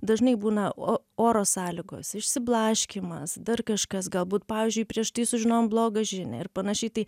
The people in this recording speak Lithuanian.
dažnai būna o oro sąlygos išsiblaškymas dar kažkas galbūt pavyzdžiui prieš tai sužinojom blogą žinią ir panašiai tai